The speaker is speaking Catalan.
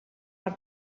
per